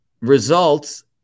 results